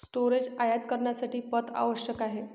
storage आयात करण्यासाठी पथ आवश्यक आहे